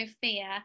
fear